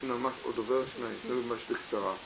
יש לנו עוד דובר או שניים, ממש בקצרה.